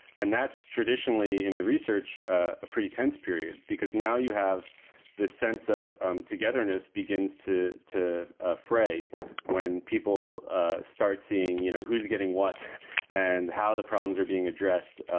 and that's traditionally in the research, a pretty tense period, because now you have this sense of togetherness begins to to ah fray when people start seeing, you know, who's getting what and how the problems are being addressed.